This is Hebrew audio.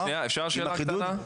רגע, אפשר שאלה קטנה?